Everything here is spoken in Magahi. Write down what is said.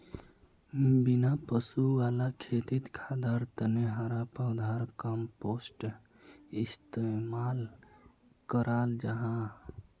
बिना पशु वाला खेतित खादर तने हरा पौधार कम्पोस्ट इस्तेमाल कराल जाहा